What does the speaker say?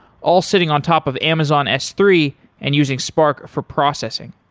all sitting on top of amazon s three and using spark for processing.